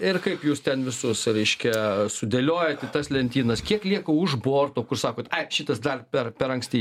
ir kaip jūs ten visus reiškia sudėliojat tas lentynas kiek lieka už borto kur sakot ai šitas dar per per anksti